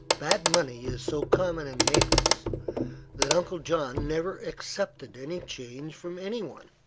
bad money is so common in naples that uncle john never accepted any change from anyone,